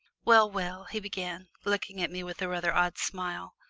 well, well, he began, looking at me with a rather odd smile,